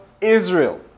Israel